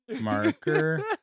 marker